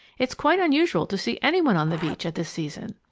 it's quite unusual to see any one on the beach at this season.